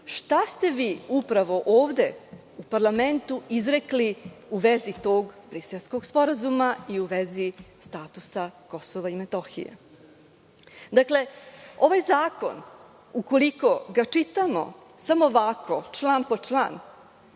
šta ste vi ovde u parlamentu izrekli u vezi tog Briselskog sporazuma i u vezi statusa KiM. Ovaj zakon, ukoliko ga čitamo samo ovako, član po član,